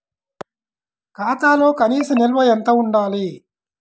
ఖాతాలో కనీస నిల్వ ఎంత ఉండాలి?